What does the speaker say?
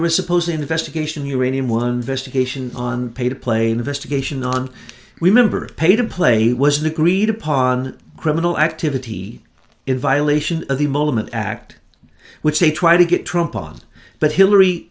was supposed investigation uranium one vista cation on pay to play investigation on remember pay to play was an agreed upon criminal activity in violation of the moment act which they try to get trump on but hillary